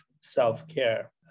self-care